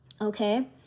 Okay